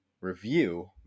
review